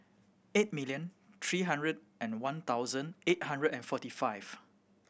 eight million three hundred and one thousand eight hundred and forty five